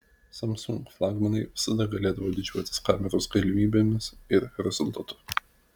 samsung flagmanai visada galėdavo didžiuotis kameros galimybėmis ir rezultatu